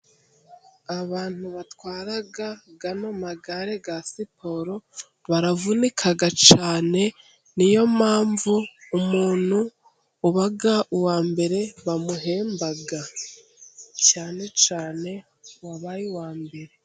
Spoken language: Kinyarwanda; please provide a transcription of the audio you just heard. Abantu batwara amagare ya siporo baravunika cyane. Niyo mpamvu umuntu uba uwa mbere bamuhemba, cyane cyane uwabaye uwa mbere.